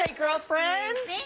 like girlfriend,